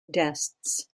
deaths